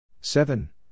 Seven